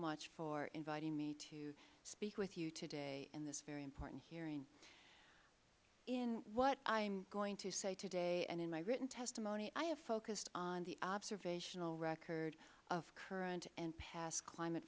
much for inviting me to speak with you today in this very important hearing in what i am going to say today and in my written testimony i have focused on the observational record of current and past climate